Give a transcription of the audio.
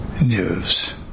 news